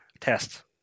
test